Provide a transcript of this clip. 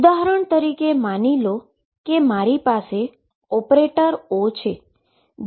ઉદાહરણ તરીકે માની લો કે મારી પાસે ઓપરેટર O છે